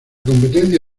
competencia